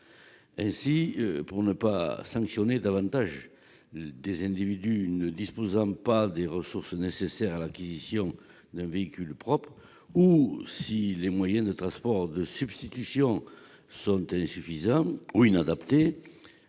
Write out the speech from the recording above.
souhaitons ne pas sanctionner davantage des individus ne disposant pas des ressources nécessaires pour l'acquisition d'un véhicule propre ; par ailleurs, si les moyens de transport de substitution sont insuffisants ou inadaptés,